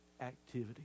activity